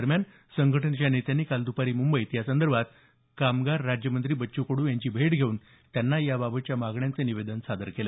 दरम्यान संघटनेच्या नेत्यांनी काल द्पारी मुंबईत यासंदर्भात कामगार राज्य मंत्री बच्च् कडू यांची भेट घेऊन त्यांना याबाबतच्या मागण्यांचं निवेदन सादर केलं